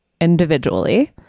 individually